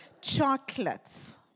chocolates